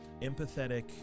empathetic